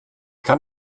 kann